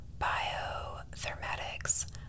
biothermatics